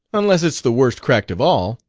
unless it's the worst cracked of all.